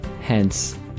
Hence